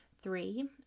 three